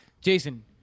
Jason